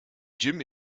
jim